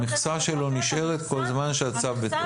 המכסה שלו נשארת כל זמן שהצו בתוקף.